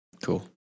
Cool